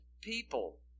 people